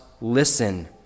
listen